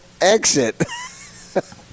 exit